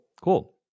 Cool